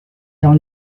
dans